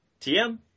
TM